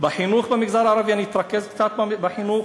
בחינוך במגזר הערבי, אני אתרכז קצת בחינוך,